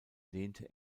lehnte